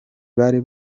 bari